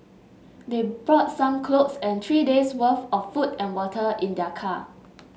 they brought some clothes and three days worth of food and water in their car